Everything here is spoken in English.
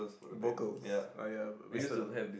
vocals ah ya wrestle